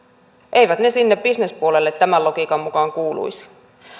eivät ne sinne bisnespuolelle tämän logiikan mukaan kuuluisi